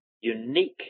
unique